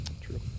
True